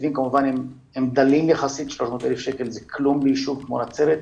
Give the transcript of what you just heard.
התקציבים כמובן הם דלים יחסית והם ממש כלום לישוב כמו נצרת,